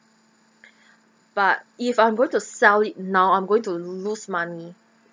but if I'm going to sell it now I'm going to lose money